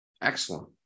Excellent